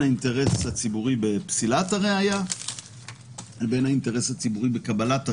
האינטרס הציבורי בפסילת הראיה לבין האינטרס הציבורי בקבלת הראיה.